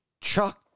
Chuck